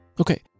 Okay